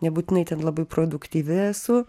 nebūtinai ten labai produktyvi esu